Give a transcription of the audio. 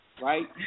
right